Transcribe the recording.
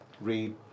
read